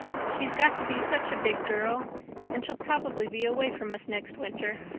she's got to be such a big girl and she'll probably be away from us next winter.